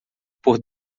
por